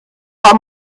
war